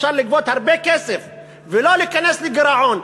אפשר לגבות הרבה כסף ולא להיכנס לגירעון.